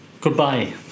goodbye